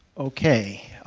okay.